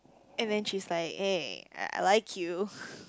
and then she's like eh I like you